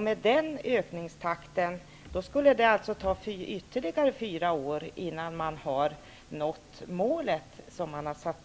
Med den ökningstakten skulle det ta ytterligare fyra år innan man har nått det uppställda målet.